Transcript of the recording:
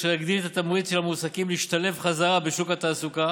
אשר יגדיל את התמריץ של המועסקים להשתלב חזרה בשוק התעסוקה